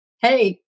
Hey